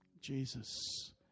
Jesus